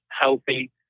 healthy